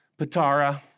Patara